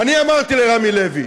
ואני אמרתי לרמי לוי: